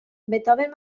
beethoven